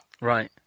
Right